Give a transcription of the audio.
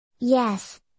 Yes